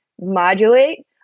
modulate